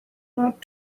not